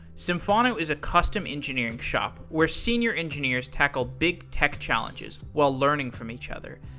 symphono is a custom engineering shop where senior engineers tackle big tech challenges while learning from each other.